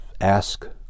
ask